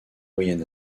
moyen